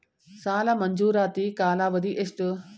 ಸಾಲ ಮಂಜೂರಾತಿ ಕಾಲಾವಧಿ ಎಷ್ಟು?